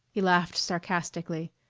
he laughed sarcastically.